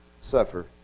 suffer